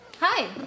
Hi